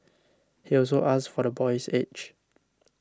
he also asked for the boy's age